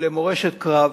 למורשת קרב,